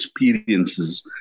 experiences